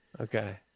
Okay